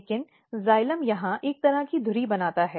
लेकिन जाइलम यहां एक तरह की धुरी बनाता है